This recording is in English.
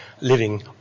living